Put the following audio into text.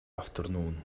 afternoon